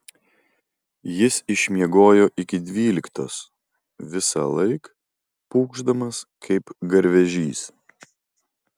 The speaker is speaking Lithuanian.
jis išmiegojo iki dvyliktos visąlaik pūkšdamas kaip garvežys